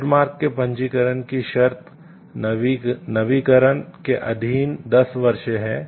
trademark के पंजीकरण की शर्तें नवीकरण के अधीन 10 वर्ष हैं